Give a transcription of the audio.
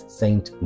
saint